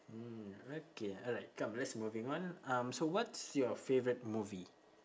mm okay alright come let's moving on um so what's your favourite movie